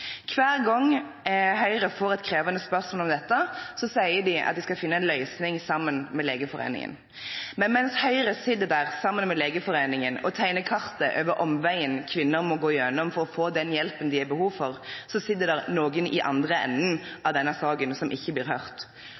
Hver gang Høyre får et krevende spørsmål om dette, sier de at de skal finne en løsning sammen med Legeforeningen. Men mens Høyre sitter der sammen med Legeforeningen og tegner kartet over omveien kvinner må gå for å få den hjelpen de har behov for, så sitter det noen i andre enden av denne saken som ikke blir hørt.